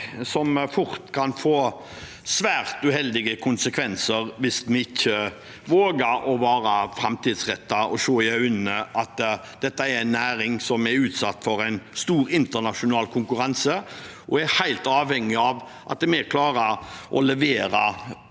som fort kan få svært uheldige konsekvenser hvis vi ikke våger å være framtidsrettet og se i øynene at dette er en næring som er utsatt for stor internasjonal konkurranse, og er helt avhengig av at vi klarer å levere